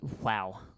Wow